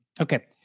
okay